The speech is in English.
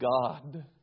God